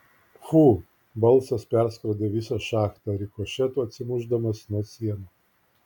fu balsas perskrodė visą šachtą rikošetu atsimušdamas nuo sienų